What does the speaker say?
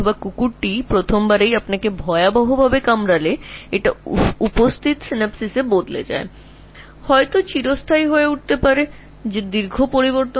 বা কুকুর তোমাকে কামড়ায় প্রথমবারেই এত মারাত্মক এটি ইতিমধ্যে বিদ্যমান সিন্যাপসিসকে বদলে দেবে এটি স্থায়ী হয়ে উঠতে পারে হতে পারে দীর্ঘ পরিবর্তন